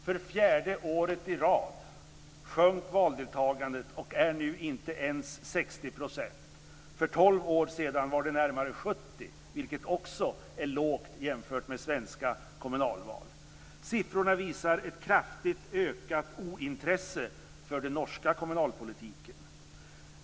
För fjärde valet i rad sjönk valdeltagandet och var nu inte ens 60 %. För tolv år sedan var det närmare 70 %, vilket också är lågt jämfört med svenska kommunalval. Siffrorna visar ett kraftigt ökat ointresse för den norska kommunalpolitiken.